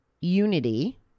unity